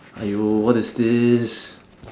!aiyo! what is this